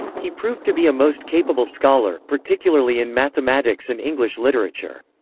he proved to be a most capable scholar, particularly in mathematics and english literature.